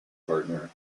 partner